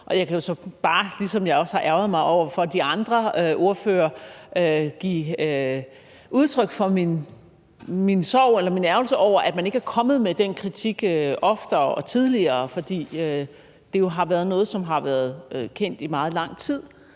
Jeg kan så bare, ligesom jeg også har udtrykt min ærgrelse over for de andre ordførere, give udtryk for min sorg eller ærgrelse over, at man ikke er kommet med den kritik oftere og tidligere, for det er jo noget, som har været kendt i meget lang tid,